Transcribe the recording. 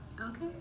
Okay